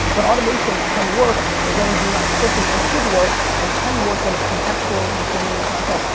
but automation can work as long as you're not tricking, and should work and can work when it's contextual distributing the content,